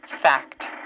fact